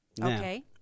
Okay